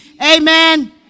amen